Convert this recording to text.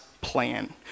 plan